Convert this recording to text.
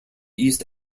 east